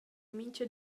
mintga